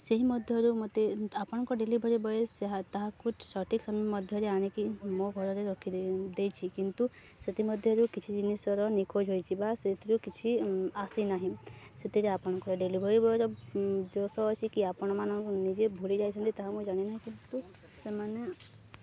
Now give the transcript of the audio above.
ସେହି ମଧ୍ୟରୁ ମୋତେ ଆପଣଙ୍କ ଡେଲିଭରୀ ବୟ ତାହାକୁ ସଠିକ୍ ସମୟ ମଧ୍ୟରେ ଆଣିକି ମୋ ଘରେ ରଖି ଦେଇଛି କିନ୍ତୁ ସେଥିମଧ୍ୟରୁ କିଛି ଜିନିଷର ନିିଖୋଜ ହୋଇଛିି ବା ସେଥିରୁ କିଛି ଆସି ନାହିଁ ସେଥିରେ ଆପଣଙ୍କ ଡେଲିଭରୀ ବୟର ଦୋଷ ଅଛି କି ଆପଣମାନେ ନିଜେ ଭୁଲି ଯାଇଛନ୍ତି ତାହା ମୁଁ ଜାଣିନାହିଁ କିନ୍ତୁ ସେମାନେ